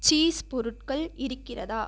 cheese பொருட்கள் இருக்கிறதா